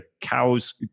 cows